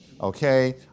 Okay